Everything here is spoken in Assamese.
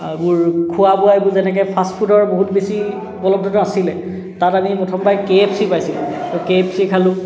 বোৰ খোৱা বোৱা এইবোৰ যেনেকৈ ফাষ্টফুডৰ বহুত বেছি উপলব্ধ নাছিলে তাত আমি প্ৰথমবাৰ কে এফ চি পাইছিলোঁ তো কে এফ চি খালোঁ